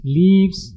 leaves